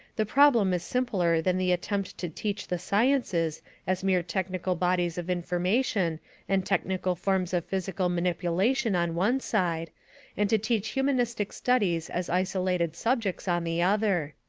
the problem is simpler than the attempt to teach the sciences as mere technical bodies of information and technical forms of physical manipulation, on one side and to teach humanistic studies as isolated subjects, on the other.